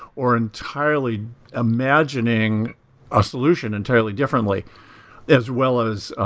or entirely imagining a solution entirely differently as well as